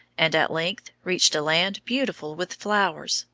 and at length reached a land beautiful with flowers,